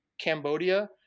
Cambodia